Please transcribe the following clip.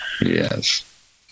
yes